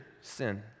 sin